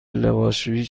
لباسشویی